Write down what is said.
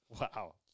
Wow